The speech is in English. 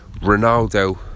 Ronaldo